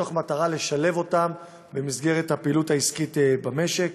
במטרה לשלב אותן בפעילות העסקית במשק.